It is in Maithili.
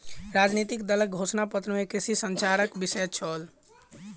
राजनितिक दलक घोषणा पत्र में कृषि संचारक विषय छल